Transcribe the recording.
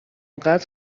قدر